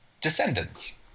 Descendants